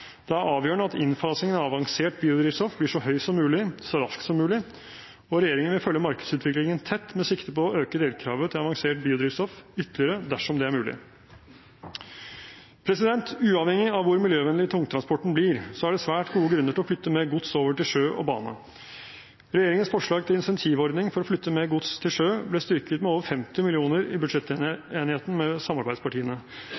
Det er avgjørende at innfasingen av avansert biodrivstoff blir så høy som mulig – så raskt som mulig – og regjeringen vil følge markedsutviklingen tett med sikte på å øke delkravet til avansert biodrivstoff ytterligere dersom det er mulig. Uavhengig av hvor miljøvennlig tungtransporten blir, er det svært gode grunner til å flytte mer gods over til sjø og bane. Regjeringens forslag til incentivordning for å flytte mer gods til sjø ble styrket med over 50 mill. kr i